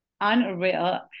unreal